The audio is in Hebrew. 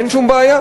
אין שום בעיה.